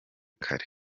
kare